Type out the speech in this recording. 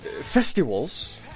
festivals